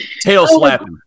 Tail-slapping